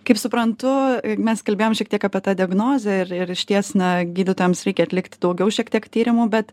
kaip suprantu mes kalbėjom šiek tiek apie tą diagnozę ir ir išties na gydytojams reikia atlikt daugiau šiek tiek tyrimų bet